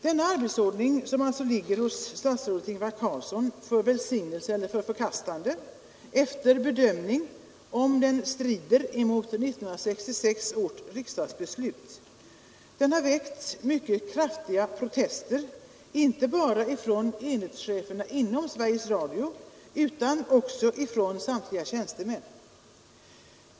Denna arbetsordning, som nu ligger hos statsrådet Ingvar Carlsson för välsignelse eller förkastande efter bedömning om den strider mot 1966 års riksdagsbeslut, har väckt mycket kraftiga protester inte bara från enhetscheferna inom Sveriges Radio utan också från samtliga tjänstemän.